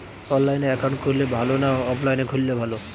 অনলাইনে একাউন্ট খুললে ভালো না অফলাইনে খুললে ভালো?